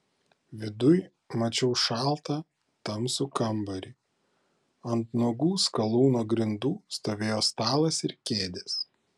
viduj mačiau šaltą tamsų kambarį ant nuogų skalūno grindų stovėjo stalas ir kėdės